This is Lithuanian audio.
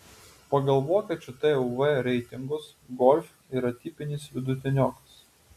pagal vokiečių tuv reitingus golf yra tipinis vidutiniokas